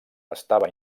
estava